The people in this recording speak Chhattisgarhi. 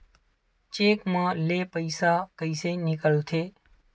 चेक म ले पईसा कइसे निकलथे?